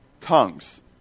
tongues